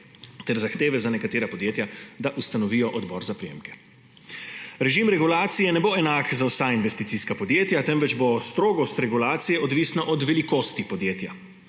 ter zahteve za nekatera podjetja, da ustanovijo odbor za prejemke. Režim regulacije ne bo enak za vsa investicijska podjetja, temveč bo strogost regulacije odvisna od velikosti podjetja.